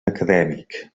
acadèmic